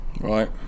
right